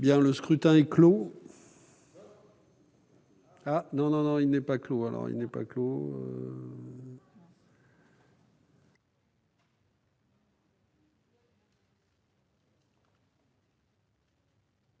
Le scrutin est clos.